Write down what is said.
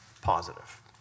positive